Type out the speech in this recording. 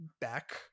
back